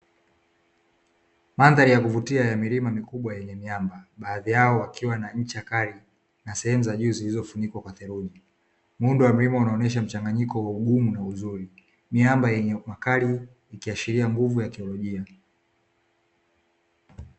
Mandhari ya kuvutia ya milima mikubwa yenye miamba, baadhi yao ikiwa na ncha kali na sehemu za juu zilizofunikwa kwa theluji. Muundo wa mimea unaonesha mchanganyiko wa ugumu na uzuri, miamba yenye makali ikiashiria nguvu ya kiekolojia.